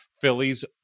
Phillies